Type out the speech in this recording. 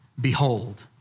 behold